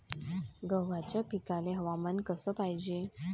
गव्हाच्या पिकाले हवामान कस पायजे?